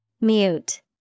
Mute